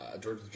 George